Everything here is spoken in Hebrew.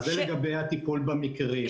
זה לגבי הטיפול במקרים.